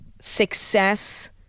success